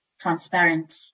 transparent